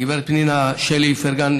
גב' פנינה שלי איפרגן,